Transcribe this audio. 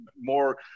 more